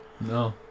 no